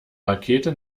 rakete